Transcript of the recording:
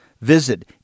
Visit